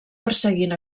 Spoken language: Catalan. perseguint